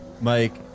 Mike